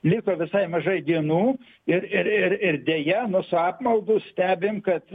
liko visai mažai dienų ir ir ir ir deja nu su apmaudu stebim kad